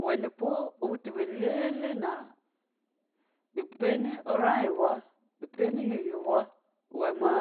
Iwnɛ po, butu bɛ lɛlɛ nɛ ɛ pini u irai bwɛ, pani uhin ihiv bwɛ i wɛ ma